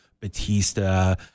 Batista